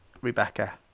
Rebecca